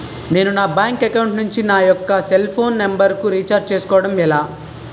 నేను నా bank account నుంచి నా యెక్క సెల్ ఫోన్ నంబర్ కు రీఛార్జ్ చేసుకోవడం ఎలా?